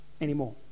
anymore